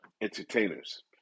entertainers